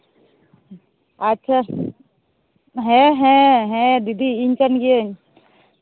ᱟᱪᱪᱷᱟ ᱦᱮᱸ ᱦᱮᱸ ᱦᱮᱸ ᱫᱤᱫᱤ ᱤᱧ ᱠᱟᱱ ᱜᱤᱭᱟᱹᱧ